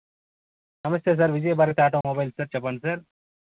నమస్తే sir Vijaya Bhargavi auto mobiles చెప్పండి sir